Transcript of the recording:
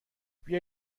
بیا